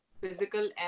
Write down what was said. Physical